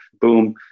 boom